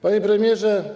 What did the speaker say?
Panie Premierze!